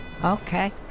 Okay